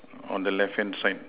on the left hand side